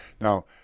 Now